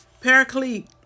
Paraclete